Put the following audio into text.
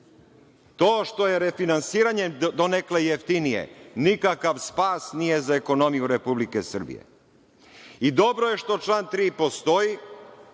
To što je refinansiranje donekle jeftinije, nikakav spas nije za ekonomiju Republike Srbije. Dobro je što član 3. postoji